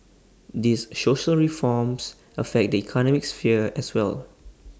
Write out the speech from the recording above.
these social reforms affect the economic sphere as well